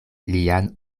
lian